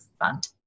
fund